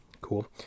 Cool